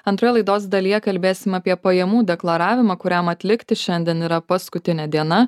antroje laidos dalyje kalbėsim apie pajamų deklaravimą kuriam atlikti šiandien yra paskutinė diena